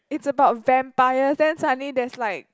it's about vampires then suddenly there's like